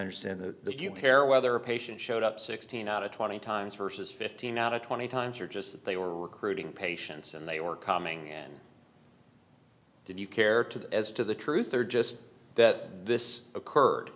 understand the do you care whether a patient showed up sixteen out of twenty times versus fifteen out of twenty times or just that they were recruiting patients and they were coming and did you care to that as to the truth or just that this occurred